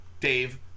Dave